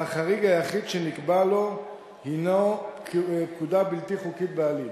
והחריג היחיד שנקבע לו הינו פקודה בלתי חוקית בעליל.